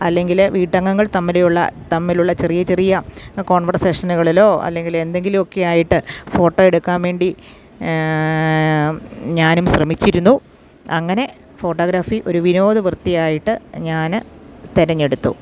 അല്ലെങ്കിൽ വീട്ടംഗങ്ങൾ തമ്മിലുള്ള തമ്മിലുള്ള ചെറിയ ചെറിയ കോൺവർസേഷനുകളിലോ അല്ലെങ്കിൽ എന്തെങ്കിലുമൊക്കെ ആയിട്ട് ഫോട്ടോ എടുക്കാൻ വേണ്ടി ഞാനും ശ്രമിച്ചിരുന്നു അങ്ങനെ ഫോട്ടോഗ്രാഫി ഒരു വിനോദവൃത്തിയായിട്ട് ഞാൻ തെരഞ്ഞെടുത്തു